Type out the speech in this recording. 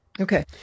Okay